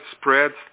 spreads